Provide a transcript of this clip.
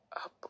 up